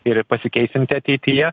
ir pasikeisianti ateityje